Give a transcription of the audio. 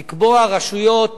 לקבוע רשויות